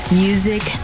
music